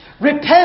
repent